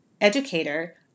Educator